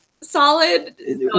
solid